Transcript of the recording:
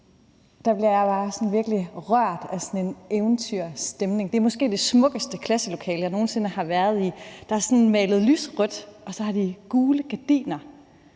jeg virkelig rørt af den eventyrstemning, der er. Det er måske det smukkeste klasselokale, jeg nogen sinde har været i. Der er malet lyserødt, og der er gule gardiner.